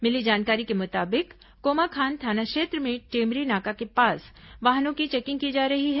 मिली जानकारी के मुताबिक कोमाखान थाना क्षेत्र में टेमरी नाका के पास वाहनों की चेकिंग की जा रही है